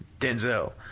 Denzel